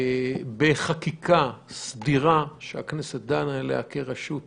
בחקיקה סדירה שהכנסת דנה עליהן כרשות מחוקקת,